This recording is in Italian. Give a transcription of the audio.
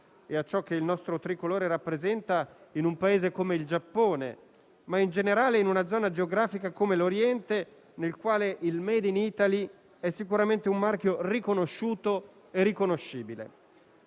e a ciò che il nostro tricolore rappresenta in un Paese come il Giappone, ma in generale in una zona geografica come l'Oriente, nella quale il *made in Italy* è sicuramente un marchio riconosciuto e riconoscibile.